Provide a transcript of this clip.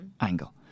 angle